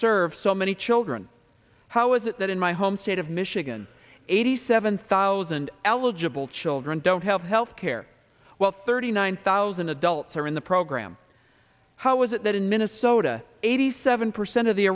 serve so many children how is it that in my home state of michigan eighty seven thousand eligible children don't have health care well thirty nine thousand adults are in the program how is it that in minnesota eighty seven percent of the